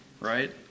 Right